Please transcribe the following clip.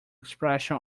expression